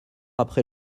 après